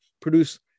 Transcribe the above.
produce